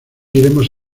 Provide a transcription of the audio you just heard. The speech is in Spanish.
iremos